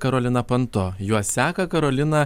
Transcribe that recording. karolina panto juos seka karolina